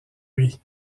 lui